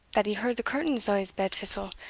that he heard the curtains o' his bed fissil,